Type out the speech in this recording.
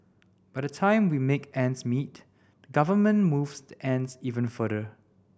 by the time we make ends meet the government moves the ends even further